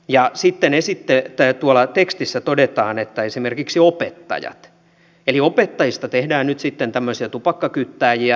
ja sitten tuolla tekstissä todetaan että esimerkiksi opettajat eli opettajista tehdään nyt sitten tämmöisiä tupakkakyttääjiä